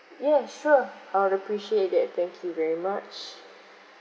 ya sure I'd appreciate that thank you very much